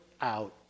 out